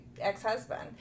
ex-husband